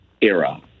era